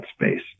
space